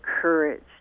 courage